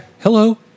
Hello